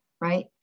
right